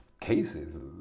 cases